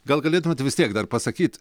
gal galėtumėt vis tiek dar pasakyt